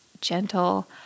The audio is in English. gentle